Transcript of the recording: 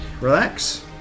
relax